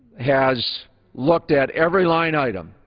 has looked at every line item,